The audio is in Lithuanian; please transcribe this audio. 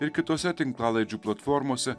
ir kitose tinklalaidžių platformose